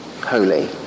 holy